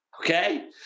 okay